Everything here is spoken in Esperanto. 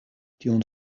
tion